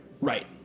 Right